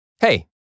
Hey